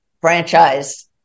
franchise